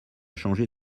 changer